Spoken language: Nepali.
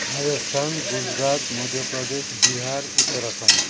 राजस्थान गुजरात मध्य प्रदेश बिहार उत्तराखण्ड